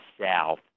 South